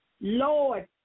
Lord